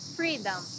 freedom